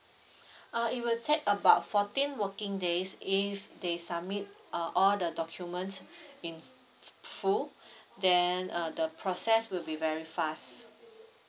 uh it will take about fourteen working days if they submit uh all the documents in full then uh the process will be very fast